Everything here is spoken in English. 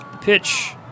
Pitch